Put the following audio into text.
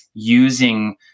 using